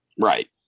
Right